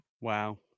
wow